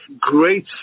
great